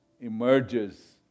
emerges